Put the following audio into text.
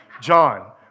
John